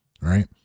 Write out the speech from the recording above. right